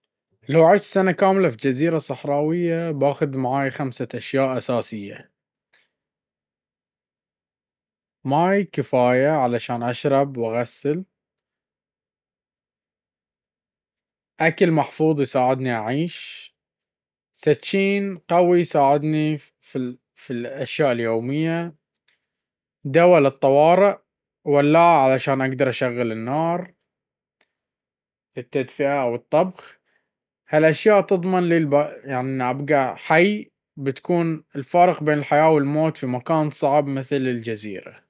لو عشت سنة كاملة في جزيرة صحراوية، بأخذ معي خمس أشياء أساسية: مويه كفاية عشان أشرب وأغسل، أكل محفوظ يساعدني أعيش، سكين قوي يساعدني في الحاجات اليومية، دواء للطوارئ، ولاعة عشان أقدر أشعل نار للتدفئة أو الطبخ. هالأشياء تضمن لي البقاء وأحيانًا بتكون الفارق بين الحياة والموت في مكان صعب مثل الجزيرة.